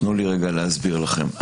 תנו לי רגע להסביר לכם.